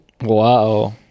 Wow